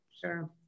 Sure